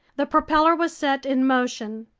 the propeller was set in motion.